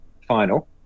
final